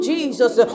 Jesus